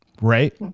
right